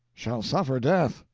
shall suffer death.